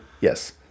Yes